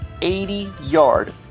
80-yard